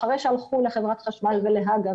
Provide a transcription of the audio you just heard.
אחרי שהלכו לחברת חשמל ולהג"א,